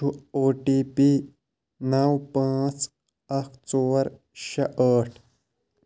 ہُہ O T P نو پانٛژھ اکھ ژور شےٚ ٲٹھ